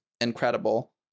incredible